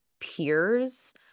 peers